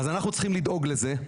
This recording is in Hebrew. לכן אנחנו צריכים לדאוג לזה,